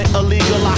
illegal